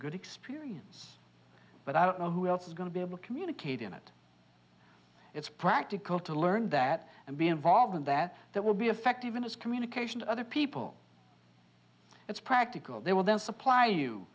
good experience but i don't know who else is going to be able communicate in it it's practical to learn that and be involved in that that will be effective in his communication to other people it's practical